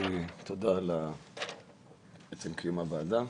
תודה על עצם קיום הוועדה.